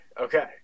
okay